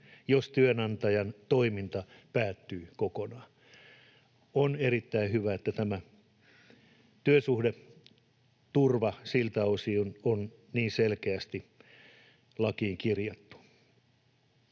jos työnantajan toiminta päättyy kokonaan. On erittäin hyvä, että tämä työsuhdeturva siltä osin on niin selkeästi lakiin kirjattu.